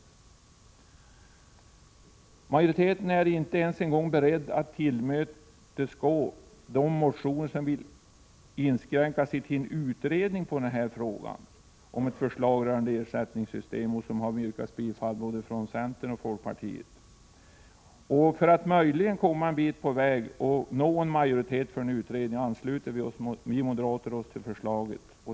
29 april 1987 Utskottsmajoriteten är inte ens beredd att tillmötesgå de motioner i vilka man vill inskränka sig till en utredning av denna fråga och förslag rörande ersättningssystem och vilka det har yrkats bifall till från både centern och folkpartiet. För att möjligen komma en bit på väg och få en majoritet för en utredning ansluter vi moderater oss till förslaget.